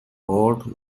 oort